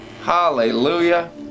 Hallelujah